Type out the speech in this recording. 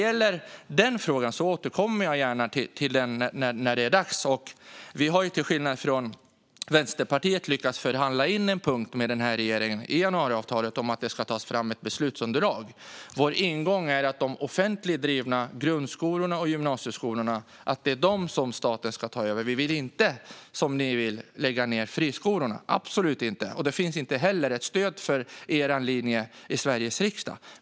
Jag återkommer gärna till den frågan när det är dags. Vi har, till skillnad från Vänsterpartiet, lyckats förhandla med den här regeringen och fått in en punkt i januariavtalet om att det ska tas fram ett beslutsunderlag. Vår ingång är att det är de offentligt drivna grund och gymnasieskolorna som staten ska ta över. Vi vill absolut inte lägga ned friskolorna, vilket ni vill göra, Daniel Riazat. Det finns inte heller stöd för er linje i Sveriges riksdag.